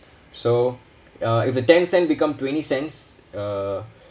so uh if a ten cent become twenty cents uh